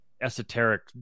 esoteric